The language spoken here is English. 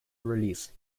release